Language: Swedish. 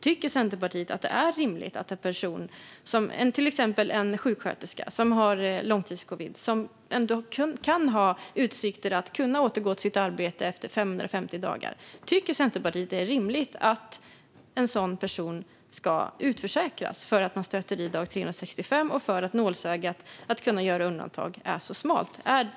Tycker Centerpartiet att det är rimligt att en person, till exempel en sjuksköterska som har långtidscovid men ändå kan ha utsikten att kunna återgå till sitt arbete efter 550 dagar, ska utförsäkras för att man stöter i dag 365 och för att nålsögat för att kunna göra undantag är så smalt?